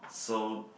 so